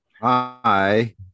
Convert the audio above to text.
hi